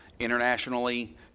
internationally